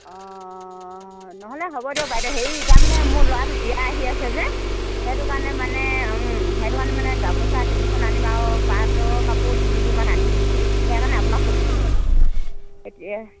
অ নহ'লে হ'ব দিয়ক বাইদেউ হেৰি তাৰমানে মোৰ ল'ৰাটো বিয়া আহি আছে যে সেইটো কাৰণে মানে ওম সেইটো কাৰণে মানে গামোচা তিনিখন আনিম আৰু পাটৰ কাপোৰ তিনিযোৰমান আনিম নেকি সেই কাৰণে আপোনাক সুধিছোঁ এতিয়া